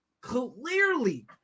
Clearly